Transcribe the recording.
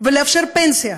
ולאפשר פנסיה,